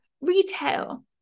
retail